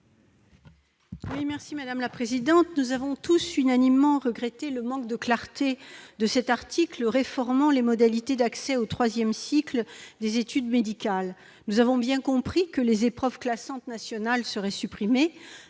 sur l'article. Nous avons unanimement regretté le manque de clarté de cet article réformant les modalités d'accès au troisième cycle des études médicales. Nous avons bien compris que les épreuves classantes nationales seraient supprimées.